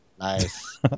nice